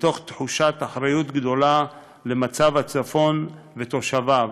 מתוך תחושת אחריות גדולה למצב הצפון ותושביו,